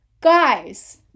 guys